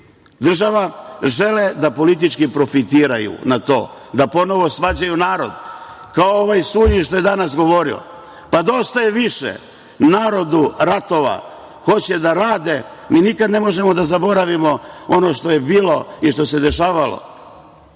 država žele da politički profitiraju na tome, da ponovo svađaju narod, kao ovaj Sulji što je danas govorio. Pa, dosta je više narodu ratova, hoće da rade. Mi nikada ne možemo da zaboravimo ono što je bilo i što se dešavalo